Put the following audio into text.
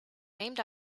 named